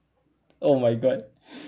oh my god